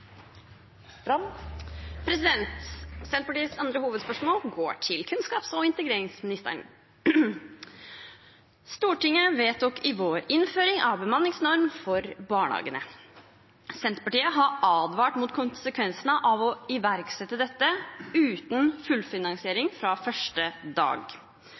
Senterpartiets andre hovedspørsmål går til kunnskaps- og integreringsministeren: Stortinget vedtok i vår innføring av bemanningsnorm for barnehagene. Senterpartiet har advart mot konsekvensene av å iverksette dette uten fullfinansiering fra første dag.